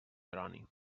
jeroni